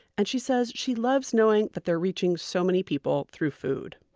and, she says, she loves knowing that they're reaching so many people through food